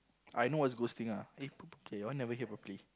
I know what's ghosting ah eh your one never hear properly